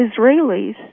Israelis